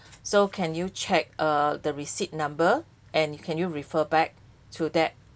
so can you check ah the receipt number and you can you refer back to that